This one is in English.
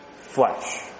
flesh